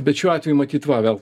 bet šiuo atveju matyt va vėl